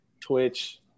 Twitch